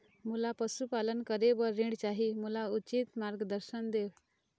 मोला पशुपालन करे बर ऋण चाही, मोला उचित मार्गदर्शन देव?